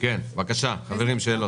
בבקשה, חברים, שאלות.